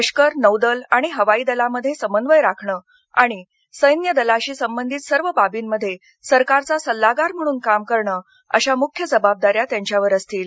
लष्कर नौदल आणि हवाई दलामध्ये समन्वय राखणं आणि सैन्य दलाशी संबंधित सर्व बाबींमध्ये सरकारचा सल्लागार म्हणून काम करणं अश्या मुख्य जबाबदाऱ्या त्यांच्यावर असतील